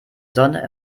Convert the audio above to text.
sonne